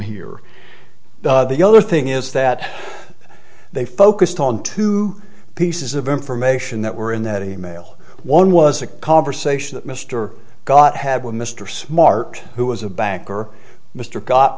here the other thing is that they focused on two pieces of information that were in that e mail one was a conversation that mr got had with mr smart who was a banker mr got